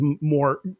more